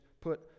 put